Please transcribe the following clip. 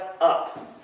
up